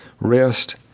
rest